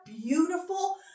beautiful